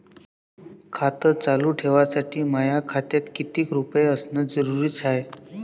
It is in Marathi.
खातं चालू ठेवासाठी माया खात्यात कितीक रुपये असनं जरुरीच हाय?